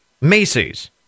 Macy's